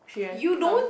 she has become